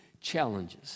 challenges